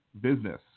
business